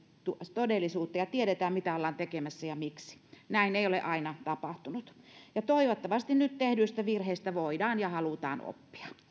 todellisuutta ja tiedetään mitä ollaan tekemässä ja miksi näin ei ole aina tapahtunut toivottavasti nyt tehdyistä virheistä ja halutaan oppia